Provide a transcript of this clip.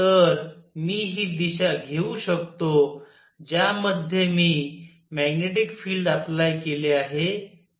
तर मी ही दिशा घेऊ शकतो ज्यामध्ये मी मॅग्नेटिक फिल्ड अप्लाय केले आहे ती z आहे